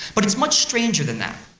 but it's much stranger than that.